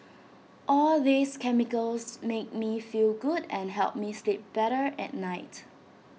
all these chemicals make me feel good and help me sleep better at night